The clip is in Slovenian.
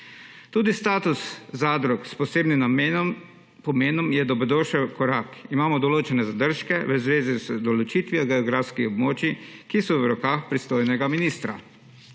Tudi status zadrug s posebnim pomenom je dobrodošel korak. Imamo določene zadržke v zvezi z določitvijo geografskih območij, ki so v rokah pristojnega ministra.